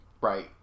Right